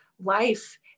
life